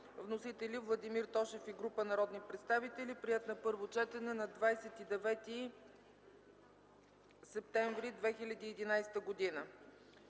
Вносители: Владимир Тошев и група народни представители; приет на първо четене на 29 септември 2011 г.